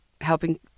helping